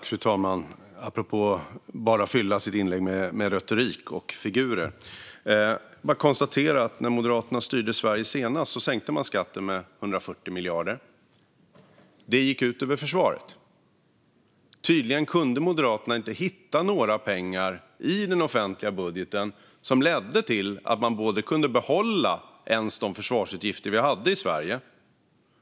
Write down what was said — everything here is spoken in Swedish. Fru talman! Apropå att bara fylla sitt inlägg med retorik och figurer . Det är bara att konstatera att när Moderaterna styrde Sverige senast sänkte man skatten med 140 miljarder. Det gick ut över försvaret. Tydligen kunde inte Moderaterna hitta några pengar i den offentliga budgeten som ledde till att man ens kunde behålla de försvarsutgifter vi hade i Sverige.